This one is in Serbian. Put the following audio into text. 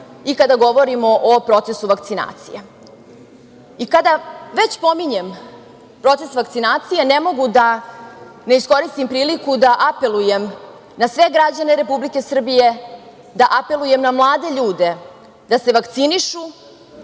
i kada govorimo o procesu vakcinacije. Kada već pominjem proces vakcinacije, ne mogu da ne iskoristim priliku da apelujem na sve građane Republike Srbije, da apelujem na mlade ljude da se vakcinišu,